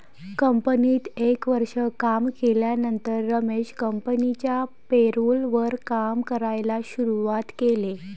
कंपनीत एक वर्ष काम केल्यानंतर रमेश कंपनिच्या पेरोल वर काम करायला शुरुवात केले